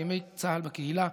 ימי צה"ל בקהילה,